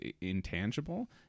intangible